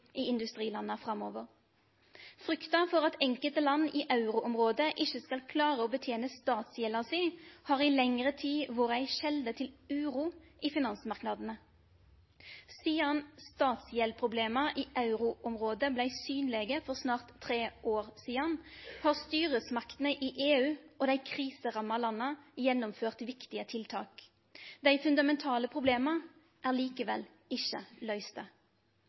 i industrilanda framover. Frykta for at enkelte land i euroområdet ikkje skal klare å betene statsgjelda si, har i lengre tid vore ei kjelde til uro i finansmarknadene. Sidan statsgjeldproblema i euroområdet blei synlege for snart tre år sidan, har styresmaktene i EU og dei kriseramma landa gjennomført viktige tiltak. Dei fundamentale problema er likevel ikkje løyste.